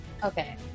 Okay